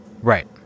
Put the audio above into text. Right